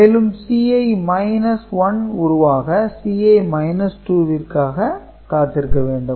மேலும் Ci 1 உருவாக Ci 2 ற்காக காத்திருக்க வேண்டும்